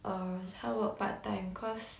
uh 他 work part time cause